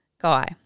guy